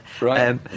right